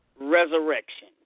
resurrection